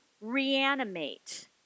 reanimate